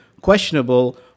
questionable